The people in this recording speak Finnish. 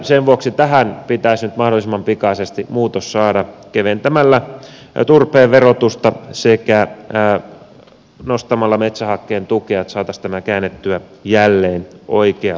sen vuoksi tähän pitäisi nyt mahdollisimman pikaisesti muutos saada keventämällä turpeen verotusta sekä nostamalla metsähakkeen tukea että saataisiin tämä käännettyä jälleen oikealle uralle